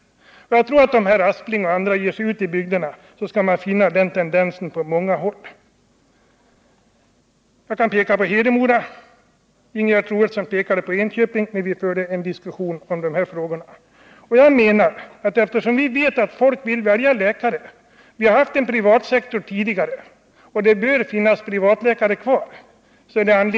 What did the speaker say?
Om Sven Aspling och andra ger sig ut i bygderna skall de finna den tendensen på många håll. Jag kan peka på Hedemora, Ingegerd Troedsson pekade på Enköping när vi förde en diskussion om dessa frågor. Vi vet att folk vill välja läkare. Vi har haft en privat sektor tidigare, och det bör finnas privata läkare kvar.